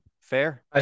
fair